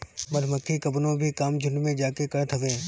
मधुमक्खी कवनो भी काम झुण्ड में जाके करत हवे